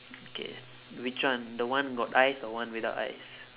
okay which one the one got ice or one without ice